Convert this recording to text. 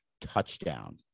touchdown